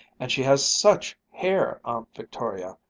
and she has such hair, aunt victoria!